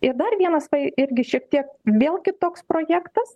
ir dar vienas tai irgi šiek tiek vėl kitoks projektas